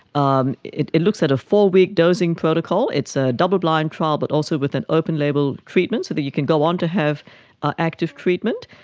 um it it looks at a four-week dosing protocol. it's a double-blind trial but also with an open label treatment so that you can go on to have active treatment.